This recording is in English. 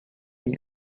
and